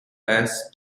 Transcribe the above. bass